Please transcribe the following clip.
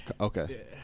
Okay